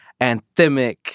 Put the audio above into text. anthemic